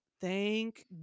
thank